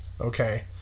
okay